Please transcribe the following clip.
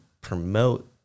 promote